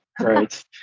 Right